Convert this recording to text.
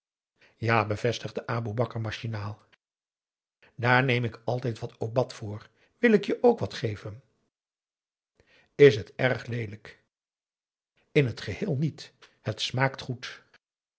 maurits daar neem ik altijd wat obat voor wil ik je ook wat geven is het erg leelijk in het geheel niet het smaakt goed